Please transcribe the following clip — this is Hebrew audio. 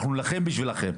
אנחנו נילחם בשבילכם.